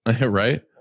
right